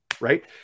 right